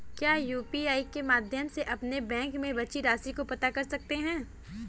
क्या यू.पी.आई के माध्यम से अपने बैंक में बची राशि को पता कर सकते हैं?